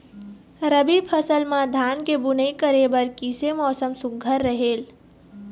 रबी फसल म धान के बुनई करे बर किसे मौसम सुघ्घर रहेल?